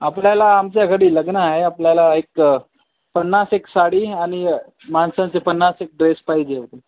आपल्याला आमच्या घरी लग्न हा आपल्याला एक पन्नास एक साडी आणि माणसांचे पन्नास एक ड्रेस पाहिजे होते